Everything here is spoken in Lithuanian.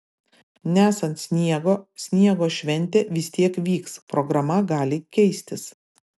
nesant sniego sniego šventė vis tiek vyks programa gali keistis